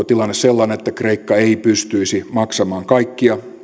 tilanne sellainen että kreikka ei pystyisi maksamaan kaikkia